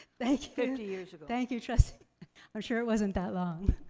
thank you! fifty years ago. thank you, trustee, i'm sure it wasn't that long.